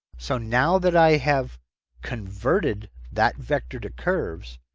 so now that i have converted that vector to curves.